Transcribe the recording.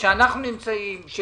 שאנחנו נמצאים.